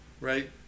right